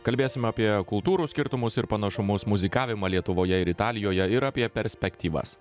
kalbėsim apie kultūrų skirtumus ir panašumus muzikavimą lietuvoje ir italijoje ir apie perspektyvas